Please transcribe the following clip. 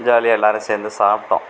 ஜாலியாக எல்லாேரும் சேர்ந்து சாப்பிட்டோம்